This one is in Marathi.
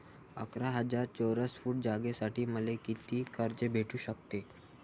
अकरा हजार चौरस फुट जागेसाठी मले कितीक कर्ज भेटू शकते?